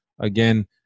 again